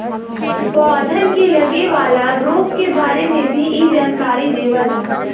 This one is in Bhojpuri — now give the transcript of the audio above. पौधन के लगे वाला रोग के बारे में भी इ जानकारी देवला